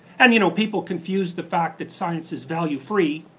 and you know people confuse the fact that science is value free,